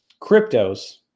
cryptos